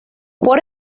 por